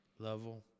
level